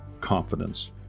confidence